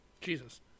Jesus